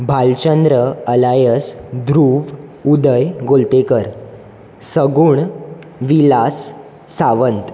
Bhalchandra alias Dhruv Uday Golatkar Sagun Vilas Sawant